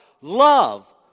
Love